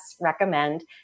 recommend